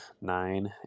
nine